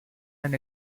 and